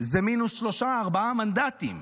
זה מינוס שלושה-ארבעה מנדטים.